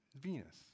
Venus